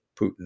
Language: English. Putin